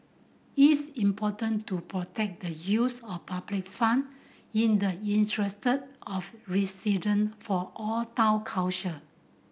is important to protect the use of public fund in the interest of resident for all Town Council